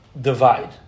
Divide